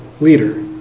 Leader